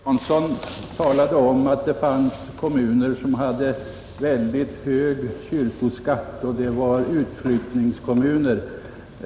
Herr talman! Herr Jansson talade om att det fanns kommuner som hade väldigt hög kyrkoskatt och att det var utflyttningskommuner.